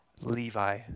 Levi